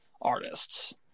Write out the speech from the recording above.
artists